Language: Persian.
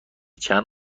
چند